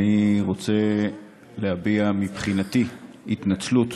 אני רוצה להביע מבחינתי התנצלות